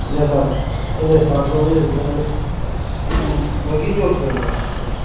इन सां इन हिसाब सां मुंहिंजे घर में हिकु बाग़ीचो ठहियलु आहे सुठो